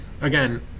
again